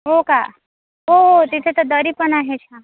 हो का हो हो तिथे तर दरी पण आहे छान